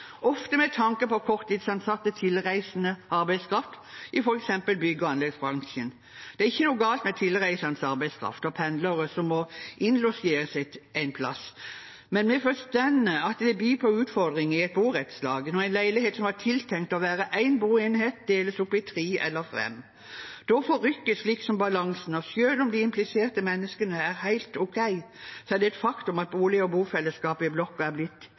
ofte med tanke på korttidsansatte tilreisende arbeidskraft i f.eks. bygge- og anleggsbransjen. Det er ikke noe galt med tilreisende arbeidskraft og pendlere som må innlosjeres en plass, men vi forstår at det byr på utfordringer i et borettslag når en leilighet som var tiltenkt å være én boenhet, deles opp i tre eller fem. Da forrykkes liksom balansen, og selv om de impliserte menneskene er helt ok, er det et faktum at bolig- og bofellesskapet i blokka er blitt